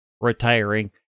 retiring